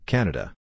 Canada